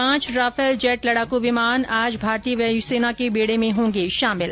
पांच Rafale jet लड़ाकू विमान आज भारतीय वायुसेना के बेड़े में होंगे शामिल